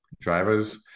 drivers